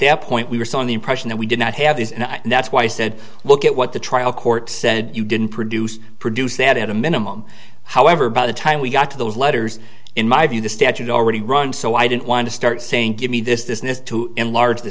that point we were so in the impression that we did not have these and that's why i said look at what the trial court said you didn't produce produce that at a minimum however by the time we got to those letters in my view the statute already run so i didn't want to start saying give me this business to enlarge the